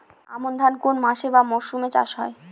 আমন ধান কোন মাসে বা মরশুমে চাষ হয়?